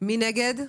מי נגד?